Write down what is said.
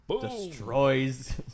destroys